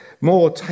more